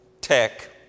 tech